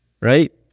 right